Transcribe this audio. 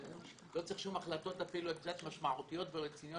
לא צריך שום החלטות משמעותיות ורציניות